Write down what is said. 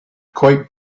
quite